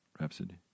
Rhapsody